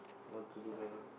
what to do that one